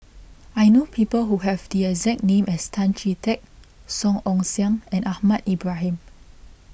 I know people who have the exact name as Tan Chee Teck Song Ong Siang and Ahmad Ibrahim